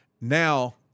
now